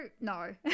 no